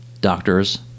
doctors